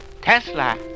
Tesla